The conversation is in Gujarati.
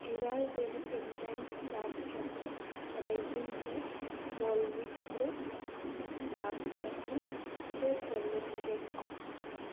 Kerala daily intense dark chocolate raisin bread whole wheat bread dark chocolate red velvet cake